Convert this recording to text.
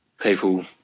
people